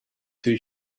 too